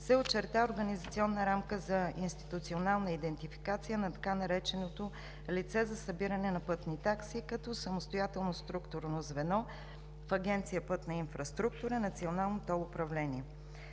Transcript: се очерта организационна рамка за институционална идентификация на така нареченото „лице за събиране на пътни такси“ като самостоятелно структурно звено в Агенция „Пътна инфраструктура“ – Национално тол управление.